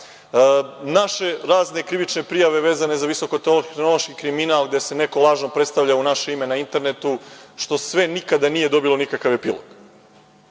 naše razne krivične prijave vezane za visoko-tehnološki kriminal, gde se neko lažno predstavlja u naše ima na internetu, što sve nikada nije dobilo nikakav epilog. Mogu